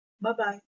Bye-bye